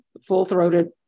full-throated